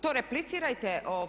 To replicirajte.